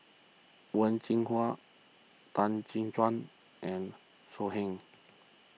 Wen Jinhua Tan Gek Suan and So Heng